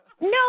No